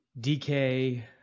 DK